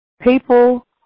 people